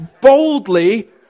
boldly